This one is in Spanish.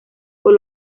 por